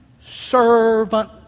servant